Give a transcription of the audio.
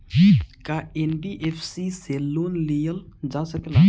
का एन.बी.एफ.सी से लोन लियल जा सकेला?